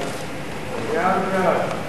להעביר את